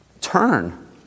turn